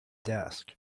desk